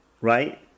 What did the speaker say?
Right